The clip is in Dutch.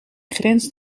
grenst